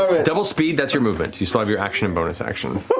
ah double speed, that's your movement. you still have your action and bonus action.